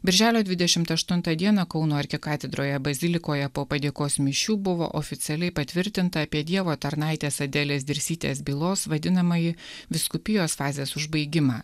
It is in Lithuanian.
birželio dvidešimt aštuntą dieną kauno arkikatedroje bazilikoje po padėkos mišių buvo oficialiai patvirtinta apie dievo tarnaitės adelės dirsytės bylos vadinamąjį vyskupijos fazės užbaigimą